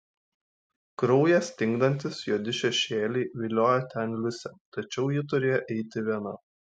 kraują stingdantys juodi šešėliai viliojo ten liusę tačiau ji turėjo eiti viena